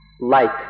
light